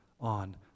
on